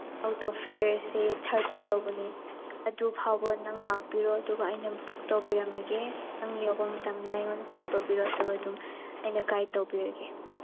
auto ꯐꯤꯌꯔꯁꯦ ꯊꯥꯔꯇꯤ ꯂꯧꯕꯅꯤ ꯑꯗꯨ ꯐꯥꯎꯕ ꯅꯪ ꯂꯥꯛꯄꯤꯔꯣ ꯑꯗꯨꯒ ꯑꯩꯅ ꯕꯨꯛ ꯇꯧꯕꯤꯔꯝꯃꯒꯦ ꯅꯪ ꯌꯧꯕ ꯃꯇꯝꯗ ꯑꯩꯉꯣꯟꯗ ꯀꯣꯜ ꯇꯧꯕꯤꯔꯛꯑꯣ ꯑꯗꯨꯒ ꯑꯗꯨꯝ ꯑꯩꯅ ꯒꯥꯏꯠ ꯇꯧꯕꯤꯔꯒꯦ